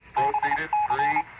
i